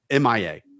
MIA